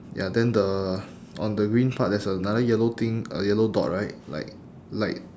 ya then the on the green part there's another yellow thing uh yellow dot right like light